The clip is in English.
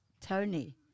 Tony